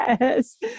Yes